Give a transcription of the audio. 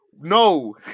no